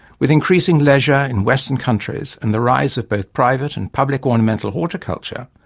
with increasing leisure in western countries and the rise of both private and public ornamental horticulture,